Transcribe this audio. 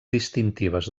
distintives